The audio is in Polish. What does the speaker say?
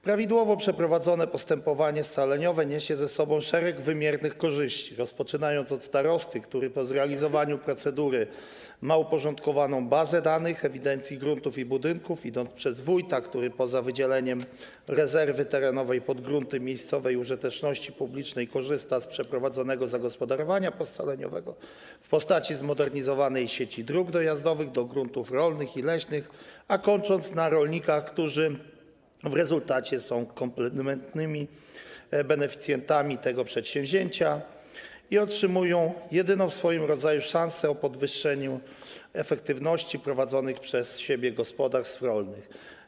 Prawidłowo przeprowadzone postępowanie scaleniowe niesie ze sobą szereg wymiernych korzyści, rozpoczynając od starosty, który po zrealizowaniu procedury będzie miał uporządkowaną bazę danych w przypadku ewidencji gruntów i budynków, przez wójta, który poza wydzieleniem rezerwy terenowej pod grunty miejscowej użyteczności publicznej skorzysta z przeprowadzonego zagospodarowania poscaleniowego w postaci zmodernizowanej sieci dróg dojazdowych do gruntów rolnych i leśnych, a kończąc na rolnikach, którzy w rezultacie będą kompletnymi beneficjentami tego przedsięwzięcia i otrzymają jedyną w swoim rodzaju szansę na podwyższenie efektywności prowadzonych przez siebie gospodarstw rolnych.